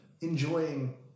enjoying